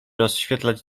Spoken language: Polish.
rozświetlać